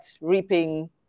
reaping